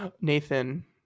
nathan